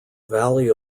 valley